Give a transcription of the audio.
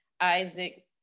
Isaac